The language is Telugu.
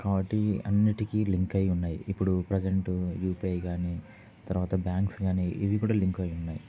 కాబట్టి అన్నింటికీ లింక్ అయి ఉన్నాయి ఇప్పుడు ప్రజెంటు యూపీఐ కానీ తర్వాత బ్యాంక్స్ కానీ ఇవి కూడా లింక్ అయి ఉన్నాయి